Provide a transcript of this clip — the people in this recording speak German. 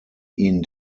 ihn